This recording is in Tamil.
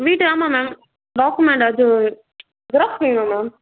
வீட்டு ஆமாம் மேம் டாக்குமெண்ட் அது ஜெராக்ஸ் வேணும் மேம்